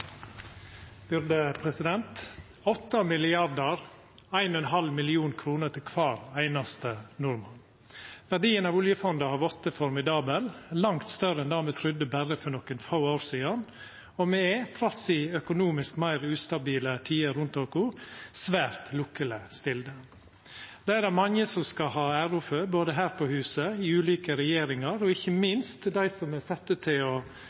nordmann – verdien av oljefondet har vorten formidabel, langt større enn det me trudde berre for nokre få år sidan. Og me er, trass i økonomisk meir ustabile tider rundt oss, svært lukkeleg stilte. Det er det mange som skal ha æra for, både her på huset, ulike regjeringar og ikkje minst dei som til dagleg er sette til å forvalta den felles formuen vår. Når me diskuterer forvaltinga av oljefondet, har me naturleg nok ein tendens til